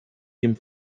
dem